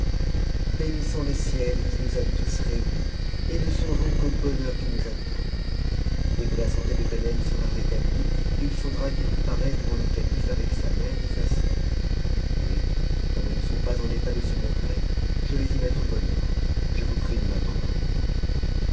bénissons le ciel qui nous a tous réunis et ne songeons qu'au bonheur qui nous attend dès que la santé de ganem sera rétablie il faudra qu'it paraisse devant le calife avec sa mère et sa soeur mais comme elles ne sont pas en état de se montrer je vais y mettre bon ordre je vous prie de m'attendre un moment